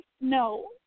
No